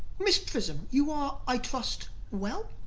miss prism, you are, i trust, well?